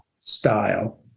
style